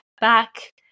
back